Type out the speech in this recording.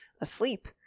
asleep